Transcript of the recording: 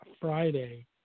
Friday